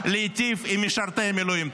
להיטיב עם משרתי המילואים.